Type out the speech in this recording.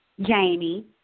Jamie